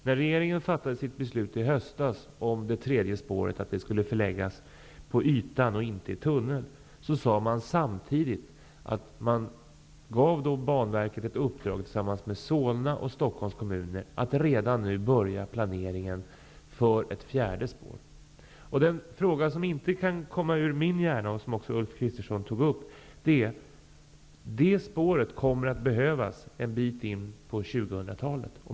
När regeringen fattade sitt beslut i höstas om att det tredje spåret skulle förläggas på ytan och inte i tunnel sade den samtidigt att den gav Banverket ett uppdrag tillsammans med Solna och Stockholms kommuner att redan nu börja planeringen för ett fjärde spår. Det som inte kan komma ur min hjärna, och som också Ulf Kristersson tog upp, är att det spåret kommer att behövas en bit in på 2000-talet.